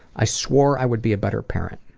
i swore i would be a better parent.